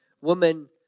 Woman